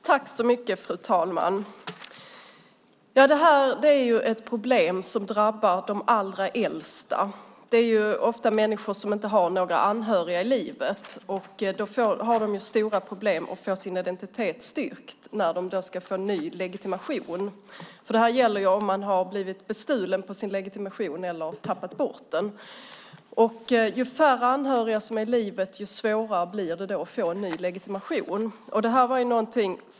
Fru talman! Det här är ett problem som drabbar de allra äldsta. Det gäller ofta människor som inte har några anhöriga i livet och därmed har stora problem att få sin identitet styrkt när de ska skaffa ny legitimation. Om man blivit bestulen på sin legitimation eller tappat bort den kan det uppstå svårigheter. Ju färre anhöriga som är i livet desto svårare blir det att få ny legitimation.